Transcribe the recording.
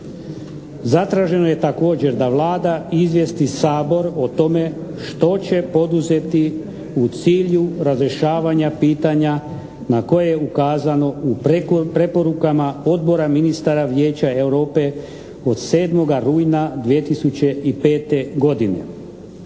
Zatraženo je također da Vlada izvijesti Sabor o tome što će poduzeti u cilju razrješavanja pitanja na koje je ukazano u preporukama odbora ministara Vijeća Europe od 7. rujna 2005. godine.